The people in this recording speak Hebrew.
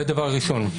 זה דבר ראשון.